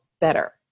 better